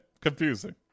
Confusing